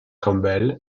campbell